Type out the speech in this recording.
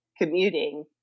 commuting